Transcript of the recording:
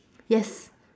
yes